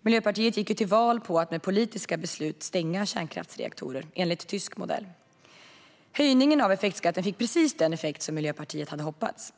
Miljöpartiet gick ju till val på att med politiska beslut stänga kärnkraftsreaktorer enligt tysk modell. Höjningen av effektskatten fick precis den effekt som Miljöpartiet hade hoppats.